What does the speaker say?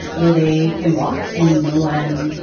where they can walk. and no one,